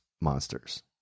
monsters